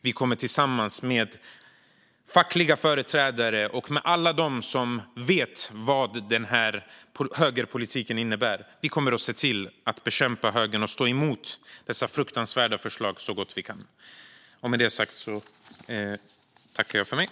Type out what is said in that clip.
Vi kommer tillsammans med fackliga företrädare och med alla dem som vet vad den här högerpolitiken innebär att se till att bekämpa högern och stå emot dessa fruktansvärda förslag så gott vi kan.